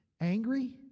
angry